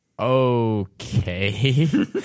Okay